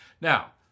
Now